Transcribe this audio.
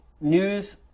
news